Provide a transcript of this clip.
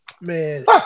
Man